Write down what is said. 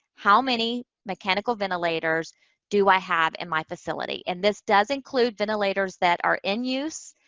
how many mechanical ventilators do i have in my facility? and this does include ventilators that are in use,